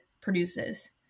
produces